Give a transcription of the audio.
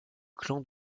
clan